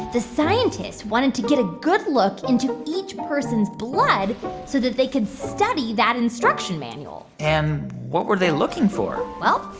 the scientists wanted to get a good look into each person's blood so that they could study that instruction manual and what were they looking for? well,